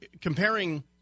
comparing